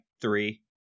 three